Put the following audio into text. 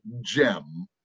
gem